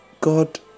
God